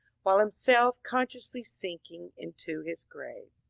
while himself consciously sinking into his grave.